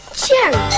cherry